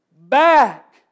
back